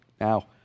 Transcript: now